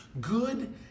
good